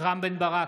בן ברק,